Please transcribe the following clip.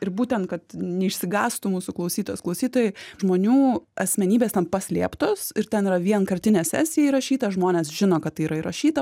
ir būtent kad neišsigąstų mūsų klausytojos klausytojai žmonių asmenybės ten paslėptos ir ten yra vienkartinė sesija įrašyta žmonės žino kad tai yra įrašyta